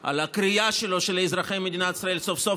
על הקריאה שלו שלאזרחי ישראל סוף-סוף